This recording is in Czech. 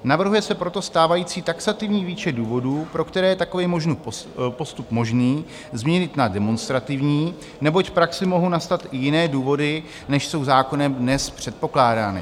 Navrhuje se proto stávající taxativní výčet důvodů, pro které je takový postup možný, změnit na demonstrativní, neboť v praxi mohou nastat i jiné důvody, než jsou zákonem dnes předpokládány.